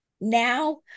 now